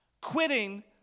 Quitting